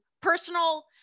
personal